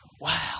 Wow